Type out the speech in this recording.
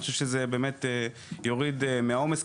אני חושב שזה באמת יוריד מהעומס.